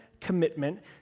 commitment